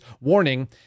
warning